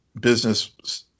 Business